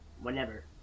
whenever